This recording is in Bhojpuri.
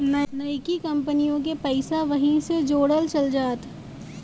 नइकी कंपनिओ के पइसा वही मे जोड़ल चल जात